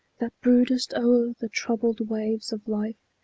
that broodest o'er the troubled waves of life,